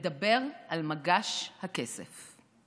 לדבר על מגש הכסף.